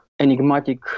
enigmatic